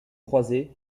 croisées